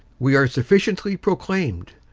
we are sufficiently proclaimed.